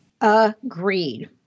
Agreed